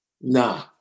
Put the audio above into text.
nah